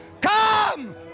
come